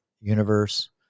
universe